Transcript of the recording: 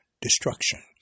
destruction